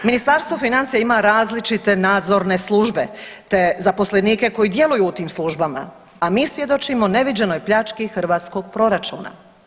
Ministarstvo financija ima različite nadzorne službe, te zaposlenike koji djeluju u tim službama, a mi svjedočimo neviđenoj pljački hrvatskog proračuna.